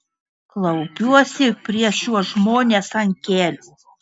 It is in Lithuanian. klaupiuosi prieš šiuos žmones ant kelių